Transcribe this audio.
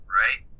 right